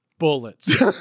Bullets